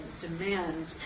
demand